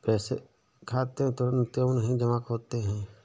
पैसे खाते में तुरंत क्यो नहीं जमा होते हैं?